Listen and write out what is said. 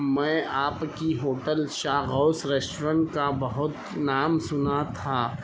میں آپ کی ہوٹل شاہ غوث ریسٹورنٹ کا بہت نام سنا تھا